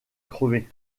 crever